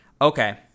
Okay